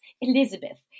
Elizabeth